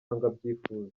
abyifuza